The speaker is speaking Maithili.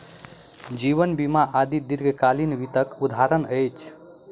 जीवन बीमा आदि दीर्घकालीन वित्तक उदहारण अछि